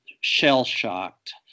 shell-shocked